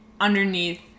underneath